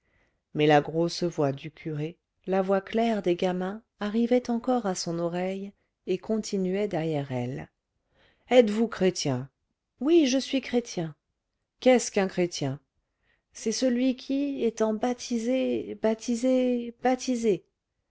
mais la grosse voix du curé la voix claire des gamins arrivaient encore à son oreille et continuaient derrière elle êtes-vous chrétien oui je suis chrétien qu'est-ce qu'un chrétien c'est celui qui étant baptisé baptisé baptisé